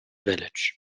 village